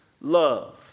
love